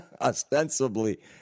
ostensibly